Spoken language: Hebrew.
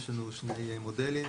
יש לנו שני מודלים,